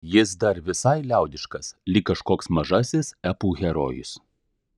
jis dar visai liaudiškas lyg kažkoks mažasis epų herojus